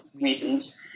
reasons